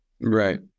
Right